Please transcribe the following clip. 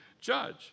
judge